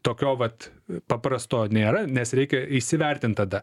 tokio vat paprasto nėra nes reikia įsivertint tada